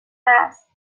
است